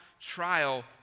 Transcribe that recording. Trial